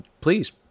please